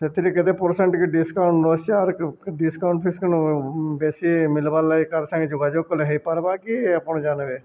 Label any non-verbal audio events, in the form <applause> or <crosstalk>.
ସେଥିରେ କେତେ ପରସେଣ୍ଟ କି ଡିସକାଉଣ୍ଟ ନ <unintelligible> ଆର୍ ଡିସକାଉଣ୍ଟ ଫିସ୍କାଉଣ୍ଟ ବେଶୀ ମିଲିବାର୍ ଲାଗି ଆର୍ ସାଙ୍ଗେ ଯୋଗାଯୋଗ କଲେ ହେଇପାର୍ବା କି ଆପଣ ଜାନବେ